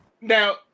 Now